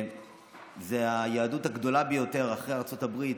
זו היהדות הגדולה ביותר בתפוצות אחרי ארצות הברית.